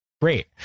great